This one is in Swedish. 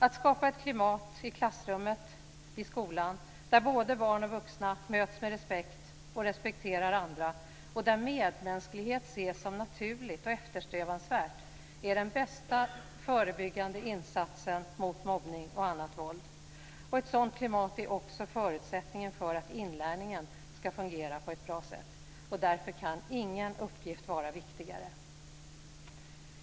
Att skapa ett klimat i klassrummet, i skolan, där både barn och vuxna möts med respekt och respekterar andra och där medmänsklighet ses som naturligt och eftersträvansvärt är den bästa förebyggande insatsen mot mobbning och annat våld. Ett sådant klimat är också förutsättningen för att inlärningen skall fungera på ett bra sätt. Därför kan ingen uppgift vara viktigare.